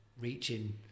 reaching